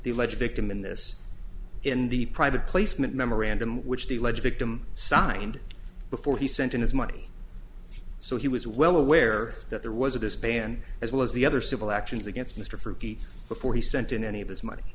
the alleged victim in this in the private placement memorandum which the ledge victim signed before he sent in his money so he was well aware that there was a dishpan as well as the other civil actions against mr for before he sent in any of his money